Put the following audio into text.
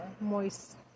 moist